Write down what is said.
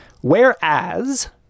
Whereas